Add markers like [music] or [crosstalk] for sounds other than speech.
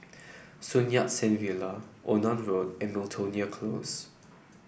[unintelligible] Near Sen Villa Onan Road and Miltonia Close